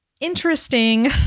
interesting